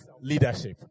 leadership